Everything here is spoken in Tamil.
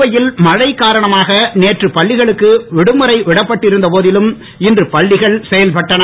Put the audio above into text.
புதுவையில் மழை காரணமாக நேற்று பள்ளிகளுக்கு விடுமுறை விடப்பட்டிருந்த போதிலும் இன்று பள்ளிகள் செயல்பட்டன